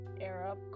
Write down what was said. Arab